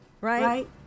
right